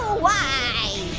why?